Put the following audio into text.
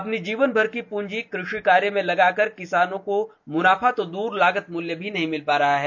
अपनी जीवन भर की पुंजी कृषि कार्य मे लगाकर किसानों को मुनाफा तो दुर लागत मुल्य भी नहीं मिल पा रही है